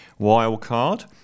Wildcard